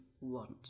want